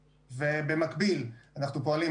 במקביל אנחנו עובדים